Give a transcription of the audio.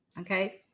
okay